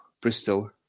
Bristol